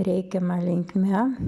reikiama linkme